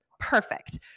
Perfect